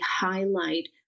highlight